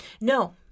No